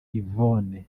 yvonne